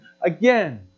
again